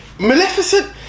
Maleficent